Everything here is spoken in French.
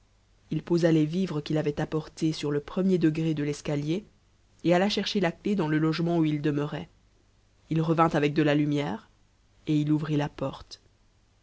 il posa les vivres qu'il avait apportés sur le premier degré de l'escalier et alla chercher la clef dans le logement où il demeurait il revint avec de la lumière et il ouvrit la porte